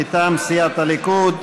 מטעם סיעת הליכוד,